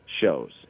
shows